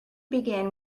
begin